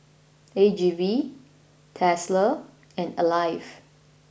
A G V Tesla and Alive